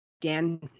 Dan